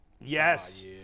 Yes